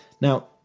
Now